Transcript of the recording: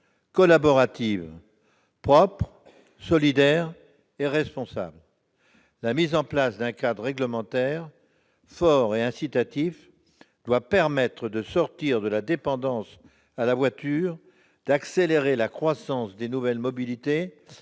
collaborative, propre, solidaire et responsable. Quel programme ! La mise en place d'un cadre réglementaire fort et incitatif doit permettre de sortir de la dépendance à la voiture, d'accélérer la croissance des nouvelles mobilités